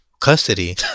custody